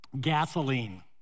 Gasoline